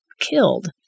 killed